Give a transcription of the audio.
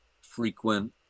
frequent